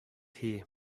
here